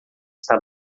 está